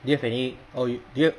do you have any or you do you